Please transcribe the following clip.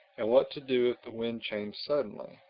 and what to do if the wind changed suddenly.